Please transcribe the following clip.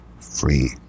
Free